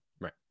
Right